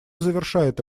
завершает